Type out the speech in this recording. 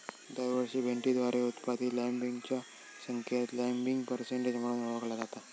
दरवर्षी भेंडीद्वारे उत्पादित लँबिंगच्या संख्येक लँबिंग पर्सेंटेज म्हणून ओळखला जाता